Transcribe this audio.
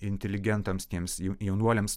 inteligentams tiems jaunuoliams